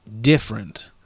different